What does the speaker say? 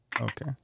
Okay